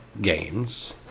games